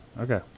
okay